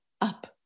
up